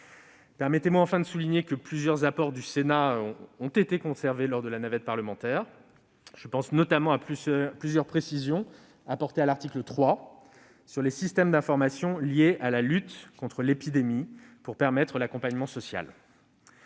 Permettez-moi enfin de souligner que plusieurs apports du Sénat ont été conservés lors de la navette parlementaire. Je pense notamment à plusieurs précisions apportées à l'article 3 sur les systèmes d'information liés à la lutte contre l'épidémie pour permettre l'accompagnement social.